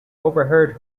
overheard